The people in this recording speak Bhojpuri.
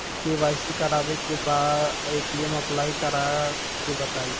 के.वाइ.सी करावे के बा ए.टी.एम अप्लाई करा ओके बताई?